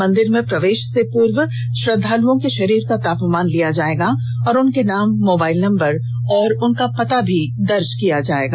मंदिर में प्रवेश से पूर्व श्रद्वालुओं के शरीर का तापमान लिया जायेगा और उनके नाम मोबाइल नंबर और पता भी लिखा जायेगा